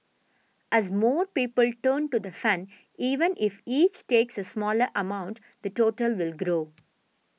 as more people turn to the fund even if each takes a smaller amount the total will grow